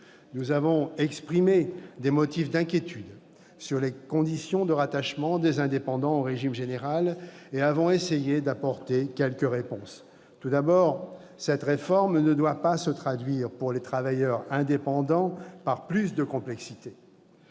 Nous avons exprimé des motifs d'inquiétude sur les conditions de rattachement des indépendants au régime général et nous avons essayé d'apporter quelques réponses. Tout d'abord, cette réforme ne doit pas se traduire, pour les travailleurs indépendants, par plus de complexité.